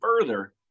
further